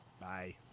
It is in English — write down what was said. bye